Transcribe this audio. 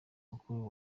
mukuru